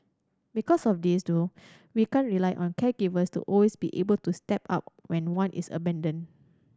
because of this though we can't rely on caregivers to always be able to step up when one is abandoned